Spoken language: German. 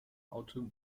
auto